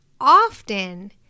often